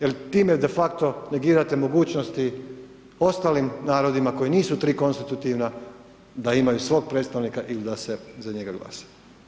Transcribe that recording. Jer time defacto negirate mogućnosti ostalim narodima koji nisu tri konstitutivna da imaju svog predstavnika il da se za njega glasa.